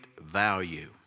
value